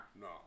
No